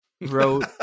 wrote